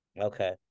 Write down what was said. Okay